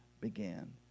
began